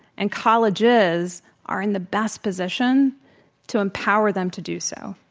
and colleges are in the best position to empower them to do so.